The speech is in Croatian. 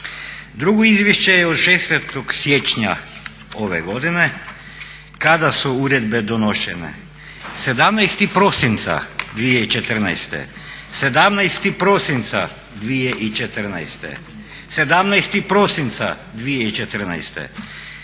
Drugo izvješće je od 16. siječnja ove godine kada su uredbe donošene. 17. prosinca 2014., 17. prosinca 2014., 17. prosinca 2014.,